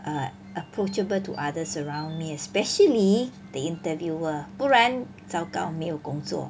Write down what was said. err approachable to others around me especially the interviewer 不然糟糕没有工作